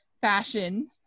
fashion